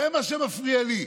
זה מה שמפריע לי.